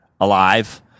alive